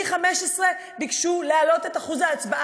15V ביקשו להעלות את אחוז ההצבעה.